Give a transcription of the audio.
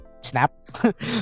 snap